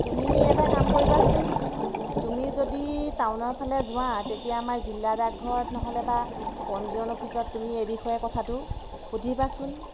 তুমি এটা কাম কৰিবাচোন তুমি যদি টাউনৰ ফালে যোৱা তেতিয়া আমাৰ জিলা ডাকঘৰত নহ'লে বা পঞ্জীয়ন অফিচত তুমি এই বিষয়ে কথাটো সুধিবাচোন